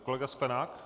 Kolega Sklenák.